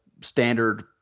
standard